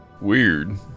weird